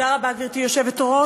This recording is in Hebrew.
תודה רבה, גברתי היושבת-ראש.